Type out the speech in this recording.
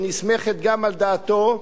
שנסמכת גם על דעתו,